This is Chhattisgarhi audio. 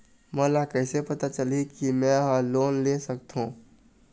मोला कइसे पता चलही कि मैं ह लोन ले सकथों?